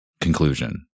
conclusion